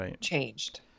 changed